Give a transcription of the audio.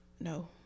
No